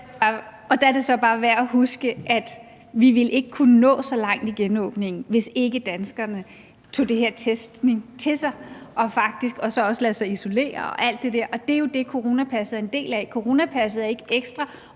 Der er det så bare værd at huske, at vi ikke ville kunne nå så langt i genåbningen, hvis ikke danskerne tog det her testning til sig, lod sig isolere og alt det der, og det er jo det, coronapasset er en del af. Coronapasset er ikke ekstra